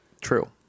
True